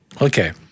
Okay